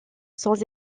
sans